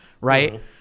right